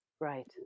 Right